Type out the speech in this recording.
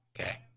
okay